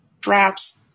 straps